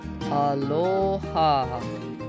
Aloha